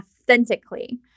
authentically